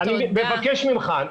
אני מבקש ממך,